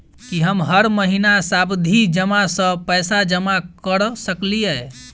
की हम हर महीना सावधि जमा सँ पैसा जमा करऽ सकलिये?